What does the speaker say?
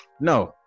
no